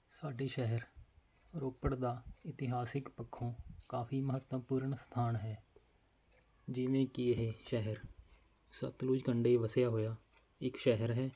ਸਾਡੇ ਸ਼ਹਿਰ ਰੋਪੜ ਦਾ ਇਤਿਹਾਸਿਕ ਪੱਖੋਂ ਕਾਫੀ ਮਹੱਤਵਪੂਰਨ ਸਥਾਨ ਹੈ ਜਿਵੇਂ ਕਿ ਇਹ ਸ਼ਹਿਰ ਸਤਲੁਜ ਕੰਢੇ ਵਸਿਆ ਹੋਇਆ ਇੱਕ ਸ਼ਹਿਰ ਹੈ